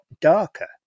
darker